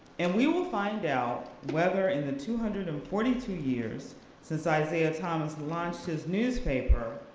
and we will find out whether in the two hundred and forty two years since isaiah thomas launched his newspaper,